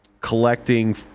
collecting